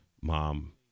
mom